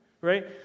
Right